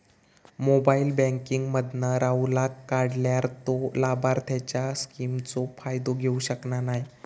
mobile banking मधना राहूलका काढल्यार तो लाभार्थींच्या स्किमचो फायदो घेऊ शकना नाय